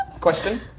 Question